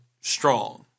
strong